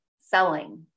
selling